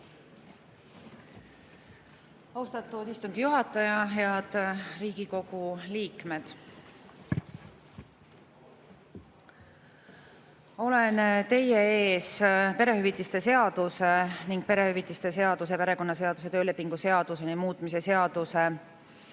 Austatud istungi juhataja! Head Riigikogu liikmed! Olen teie ees perehüvitiste seaduse ning perehüvitiste seaduse, perekonnaseaduse ja töölepingu seaduse muutmise seaduse